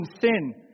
sin